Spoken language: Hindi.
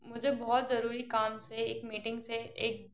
मुझे बहुत ज़रूरी काम से एक मीटिंग से एक